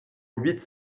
huit